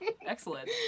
Excellent